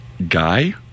guy